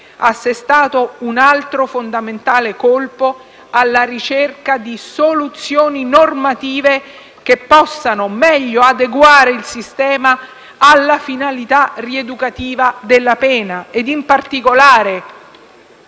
assestato un altro fondamentale colpo alla ricerca di soluzioni normative che possano meglio adeguare il sistema alla finalità rieducativa della pena e in particolare,